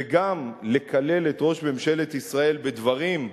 וגם לקלל את ראש ממשלת ישראל בדברים,